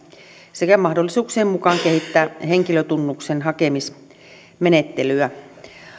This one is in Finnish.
sekä mahdollisuuksien mukaan kehittää henkilötunnuksen hakemismenettelyä